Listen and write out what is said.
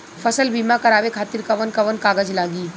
फसल बीमा करावे खातिर कवन कवन कागज लगी?